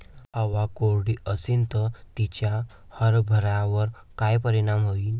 हवा कोरडी अशीन त तिचा हरभऱ्यावर काय परिणाम होईन?